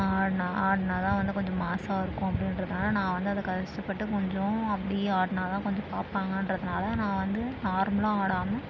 ஆடினா ஆடினா தான் வந்து கொஞ்சம் மாஸ்ஸாக இருக்கும் அப்படின்றதுனால நான் வந்து அதை கஷ்டப்பட்டு கொஞ்சம் அப்படி ஆடினா தான் கொஞ்சம் பார்ப்பாங்கன்றதுனால நான் வந்து நார்மலாக ஆடாமல்